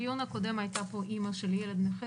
את זוכרת שבדיון הקודם היתה פה אימא של ילד נכה